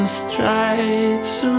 stripes